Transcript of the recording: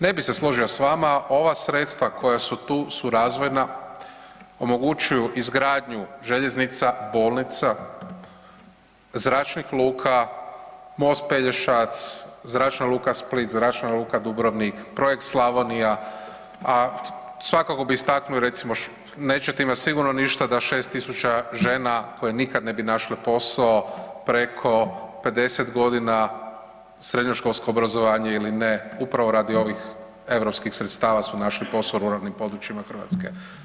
Ne bi se složio s vama, ova sredstva koja su tu su razvojna, omogućuju izgradnju željeznica, bolnica, zračnih luka, most Pelješac, Zračna luka Split, Zračna luka Dubrovnik, Projekt Slavonija, a svakako bi istaknuo recimo, nećete imat sigurno ništa da 6000 žena koje nikad ne bi našle posao preko 50.g., srednjoškolsko obrazovanje ili ne upravo radi ovih europskih sredstava su našli posao u ruralnim područjima Hrvatske.